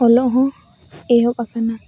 ᱚᱞᱚᱜᱦᱚᱸ ᱮᱦᱚᱵ ᱟᱠᱟᱱᱟ